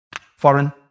foreign